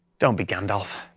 don't be gandalf.